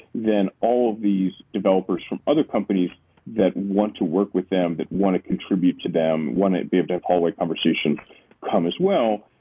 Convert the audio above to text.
then all of these developers from other companies that want to work with them, that want to contribute to them, want to be able to have hallway conversations come as well.